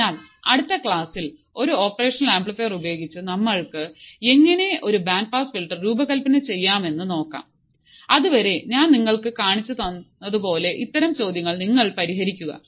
അതിനാൽ അടുത്ത ക്ലാസ്സിൽ ഒരു ഓപ്പറേഷൻ ആംപ്ലിഫയർ ഉപയോഗിച്ച് നമ്മൾക്ക് എങ്ങനെ ഒരു ബാൻഡ് പാസ് ഫിൽട്ടർ രൂപകൽപ്പന ചെയ്യാമെന്ന് നോക്കാം അതുവരെ ഞാൻ നിങ്ങൾക്ക് കാണിച്ചതുപോലുള്ള ഇത്തരം ചോദ്യങ്ങൾ നിങ്ങൾ പരിഹരിക്കുക